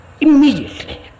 immediately